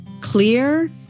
clear